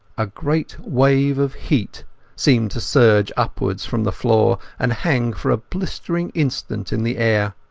a great wave of heat seemed to surge upwards from the floor, and hang for a blistering instant in the air.